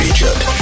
Egypt